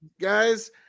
guys